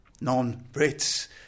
non-Brits